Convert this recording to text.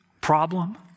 problem